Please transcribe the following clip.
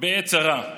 בעת צרה.